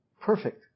perfect